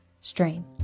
Strain